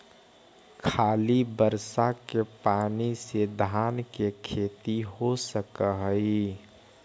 खाली बर्षा के पानी से धान के खेती हो सक हइ?